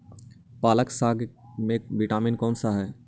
पालक साग में विटामिन कौन सा है?